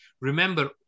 Remember